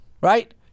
right